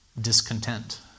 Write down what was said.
discontent